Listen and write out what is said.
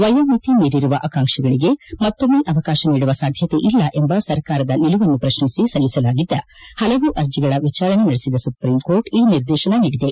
ವಯೋಮಿತಿ ಮೀರಿರುವ ಆಕಾಂಕ್ಷಿಗಳಿಗೆ ಮತ್ತೊಮ್ಮೆ ಅವಕಾಶ ನೀಡುವ ಸಾಧ್ಯತೆ ಇಲ್ಲ ಎಂಬ ಸರ್ಕಾರದ ನಿಲುವನ್ನು ಪ್ರಶ್ನಿಸಿ ಸಲ್ಲಿಸಲಾಗಿದ್ದ ಹಲವು ಅರ್ಜಗಳ ವಿಚಾರಣೆ ನಡೆಸಿದ ಸುಪ್ರೀಂಕೋರ್ಟ್ ಈ ನಿರ್ದೇಶನ ನೀಡಿದೆ